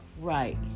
right